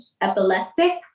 epileptic